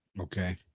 Okay